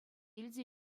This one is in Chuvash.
илсе